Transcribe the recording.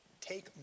Take